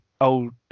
old